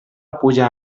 pujar